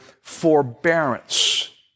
forbearance